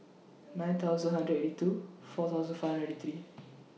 nine thousand hundred eighty two four thousand five hundred ninety three